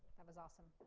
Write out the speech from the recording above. and was awesome.